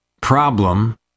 problem